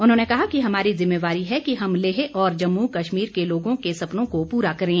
उन्होंने कहा कि हमारी ज़िम्मेवारी है कि हम लेह और जम्मू कश्मीर के लोगों के सपनों को पूरा करें